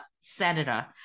senator